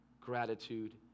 gratitude